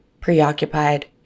preoccupied